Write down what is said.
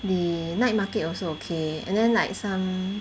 the night market also okay and then like some